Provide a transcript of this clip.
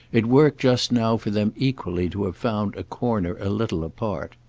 it worked just now for them equally to have found a corner a little apart.